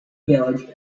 village